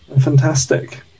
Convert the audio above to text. Fantastic